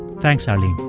thanks, arlene